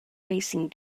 racing